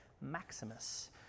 maximus